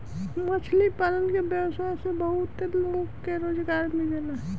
मछली पालन के व्यवसाय से बहुत लोग के रोजगार मिलेला